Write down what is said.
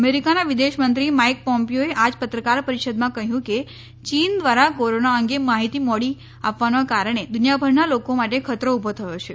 અમેરિકાના વિદેશમંત્રી માઇક પોમ્પીયોએ આ જ પત્રકાર પરિષદમાં કહ્યું કે ચીન દ્વારા કોરોના અંગે માહિતી મોડી આપવાના કારણે દુનિયાભરના લોકો માટે ખતરો ઉભો થયો છે